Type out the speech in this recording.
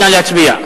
נא להצביע.